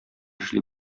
эшли